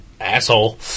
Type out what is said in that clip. asshole